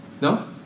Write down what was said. no